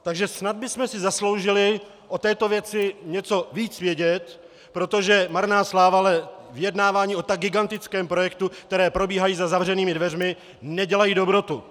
Takže snad bychom si zasloužili o této věci něco víc vědět, protože marná sláva, ale vyjednávání o tak gigantickém projektu, která probíhají za zavřenými dveřmi, nedělají dobrotu.